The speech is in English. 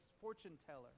fortune-teller